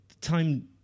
time